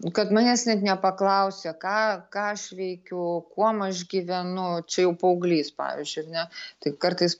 kad manęs net nepaklausia ką ką aš veikiu kuom aš gyvenu čia jau paauglys pavyzdžiui ar ne tai kartais